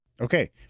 Okay